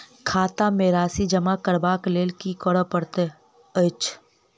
खाता मे राशि जमा करबाक लेल की करै पड़तै अछि?